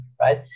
Right